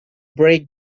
break